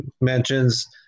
mentions